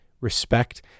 respect